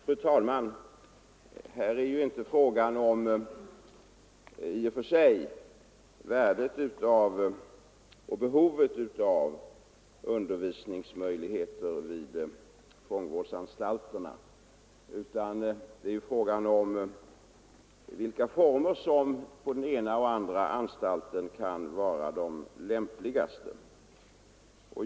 Fru talman! Det är ju i detta sammanhang inte i och för sig fråga om värdet och behovet av undervisningsmöjligheter vid fångvårdsanstalterna, utan det gäller vilka former som på den ena eller den andra anstalten kan vara de lämpligaste.